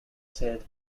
said